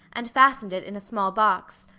and fastened it in a small box.